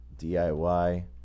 DIY